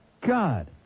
God